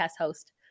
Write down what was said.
host